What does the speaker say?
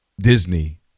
Disney